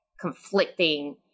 conflicting